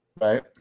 right